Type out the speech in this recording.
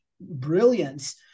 brilliance